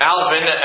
Alvin